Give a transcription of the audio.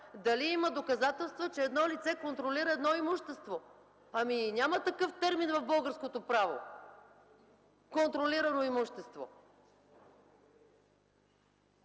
дали има доказателства, че едно лице контролира едно имущество. Ами, няма такъв термин в българското право – „контролирано имущество”!